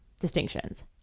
distinctions